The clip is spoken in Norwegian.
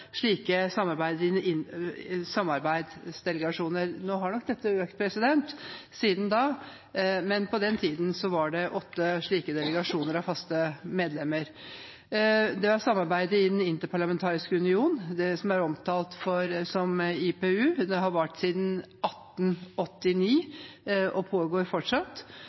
slike samarbeidsdelegasjoner. Nå har nok dette økt siden da, men på den tiden var det åtte slike delegasjoner av faste medlemmer. Det er samarbeid i Den Interparlamentariske Union, omtalt som IPU. Det har vart siden 1889, og pågår fortsatt.